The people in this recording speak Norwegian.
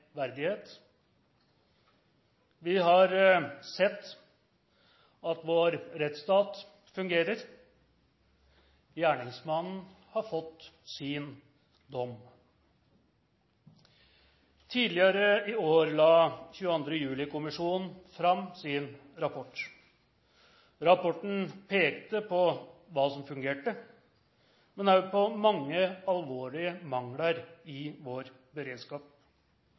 verdighet. Vi har sett at vår rettsstat fungerer. Gjerningsmannen har fått sin dom. Tidligere i år la 22. juli-kommisjonen fram sin rapport. Rapporten pekte på hva som fungerte, men også på mange alvorlige mangler i vår beredskap.